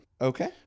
Okay